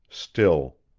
still,